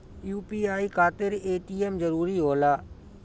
UPI खातिर ATM जरूरी होला?